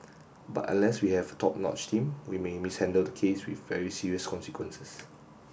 but unless we have a top notch team we may mishandle the case with very serious consequences